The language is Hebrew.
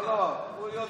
לא, לא, הוא יודע.